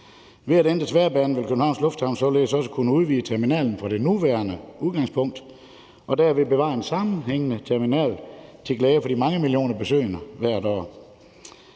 Ved at ændre tværbanen vil Københavns Lufthavn således også kunne udvide terminalen fra det nuværende udgangspunkt og derved bevare en sammenhængende terminal til glæde for de mange millioner besøgende hvert år.